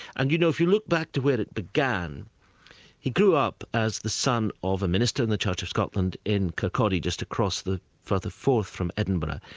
and you know, if you look back to where it began he grew up as the son of a minister in the church of scotland, in kirkcaldy, just across the firth of forth from edinburgh,